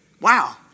Wow